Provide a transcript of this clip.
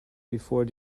before